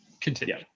continue